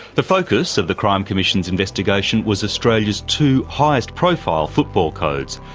the focus of the crime commission's investigation was australia's two highest profile football codes,